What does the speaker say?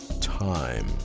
time